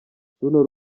runo